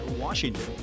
Washington